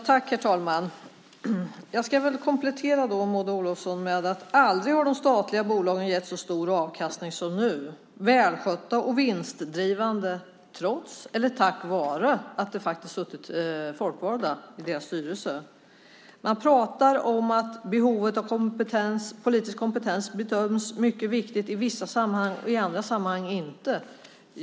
Herr talman! Jag ska komplettera, Maud Olofsson, med att säga att de statliga bolagen aldrig har gett så stor avkastning som nu. De är välskötta och vinstdrivande trots eller tack vare att det har suttit folkvalda i deras styrelser. Man pratar om behovet av politisk kompetens. Det bedöms som mycket viktigt i vissa sammanhang och i andra sammanhang inte.